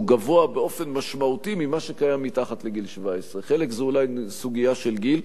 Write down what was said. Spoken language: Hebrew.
גבוה באופן משמעותי ממה שקיים מתחת לגיל 17. חלק זו אולי סוגיה של גיל,